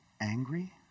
angry